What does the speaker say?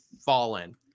fallen